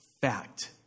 fact